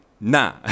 Nah